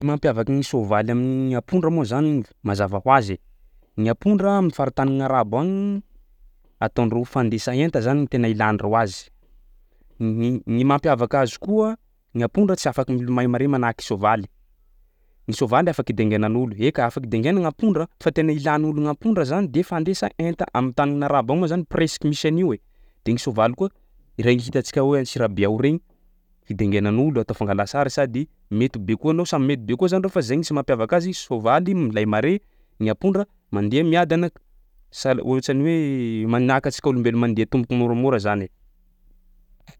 Mampiavaky gny soavaly amin'gny ampondra moa zany mazava hoazy ny ampondra am'faritanin'gny arabo agny ataondreo fandesa enta zany tena ilandreo azy, n- ny ny mampiavaka azy koa ny ampondra tsy afaky milomay mare manahaky soavaly, ny soavaly afaka idengainan'olo eka afaky dengaina gny ampondra fa tena ilan'olo gny ampondra zany de fandesa enta am'tanin'arabo agny mo zany presque misy an'io e. De gny sovaly koa regny hitantsika hoe antsirabe ao regny hidengainan'olo atao fangala sary sady mety baikoanao samby mety bekoa zany reo fa zay gny tsy mampiavaka azy soavaly milay mare, ny ampondra mandeha miadana sal- ohatsan'ny hoe manahaka antsika olombelo mandeha tomboky moramora zany.